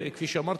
כפי שאמרתי,